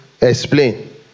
explain